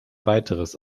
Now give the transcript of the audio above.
weiteres